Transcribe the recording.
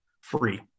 free